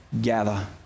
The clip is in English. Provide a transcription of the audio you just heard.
gather